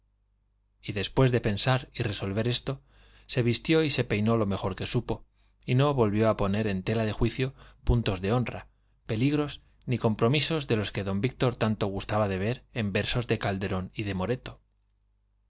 y después de pensar y resolver esto se vistió y se peinó lo mejor que supo y no volvió a poner en tela de juicio puntos de honra peligros ni compromisos de los que d víctor tanto gustaba ver en versos de calderón y de moreto